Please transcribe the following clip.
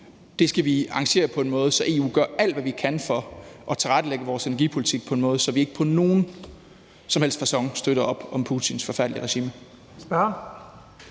Det skal vi arrangere på en måde, så vi i EU gør alt, hvad vi kan for at tilrettelægge vores energipolitik på en måde, så vi ikke på nogen som helst facon støtter op om Putins forfærdelige regime.